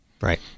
Right